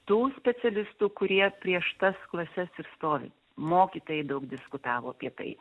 tų specialistų kurie prieš tas klases ir stovi mokytojai daug diskutavo apie tai